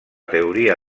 teoria